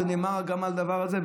נאמר גם הדבר הזה,